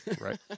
right